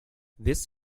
this